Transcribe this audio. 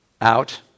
out